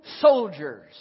soldiers